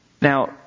Now